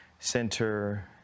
Center